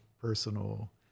personal